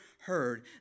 heard